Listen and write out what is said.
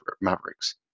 Mavericks